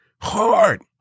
hard